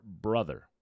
brother